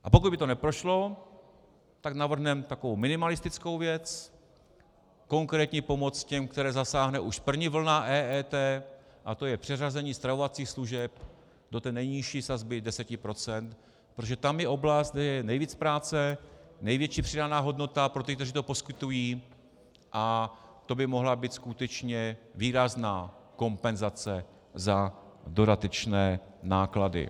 A pokud by to neprošlo, tak navrhneme takovou minimalistickou věc, konkrétní pomoc těm, které zasáhne už první vlna EET, a to je přeřazení stravovacích služeb do té nejnižší sazby 10 %, protože tam je oblast, kde je nejvíc práce, největší přidaná hodnota pro ty, kteří to poskytují, a to by mohla být skutečně výrazná kompenzace za dodatečné náklady.